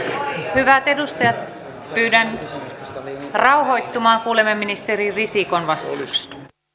hyvät edustajat pyydän rauhoittumaan kuulemme ministeri risikon vastauksen